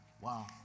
Wow